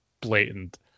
blatant